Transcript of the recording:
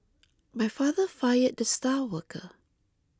my father fired the star worker